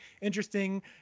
interesting